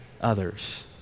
others